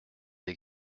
des